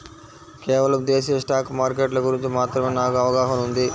కేవలం దేశీయ స్టాక్ మార్కెట్ల గురించి మాత్రమే నాకు అవగాహనా ఉంది